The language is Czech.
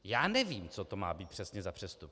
Já nevím, co to má být přesně za přestupky.